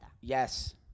Yes